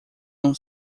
não